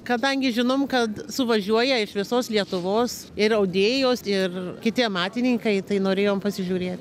kadangi žinom kad suvažiuoja iš visos lietuvos ir audėjos ir kiti amatininkai tai norėjom pasižiūrėt